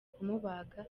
kumubaga